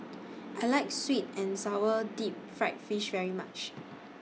I like Sweet and Sour Deep Fried Fish very much